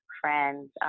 friends